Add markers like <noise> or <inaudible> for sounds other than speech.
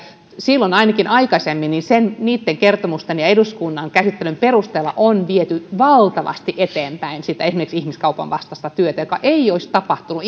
silloin aikaisemmin niitten kertomusten ja eduskunnan käsittelyn perusteella on viety valtavasti eteenpäin esimerkiksi ihmiskaupan vastaista työtä mikä ei olisi tapahtunut <unintelligible>